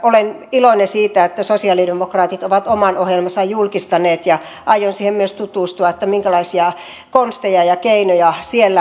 olen iloinen siitä että sosialidemokraatit ovat oman ohjelmansa julkistaneet ja aion siihen myös tutustua minkälaisia konsteja ja keinoja siellä on